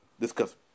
discuss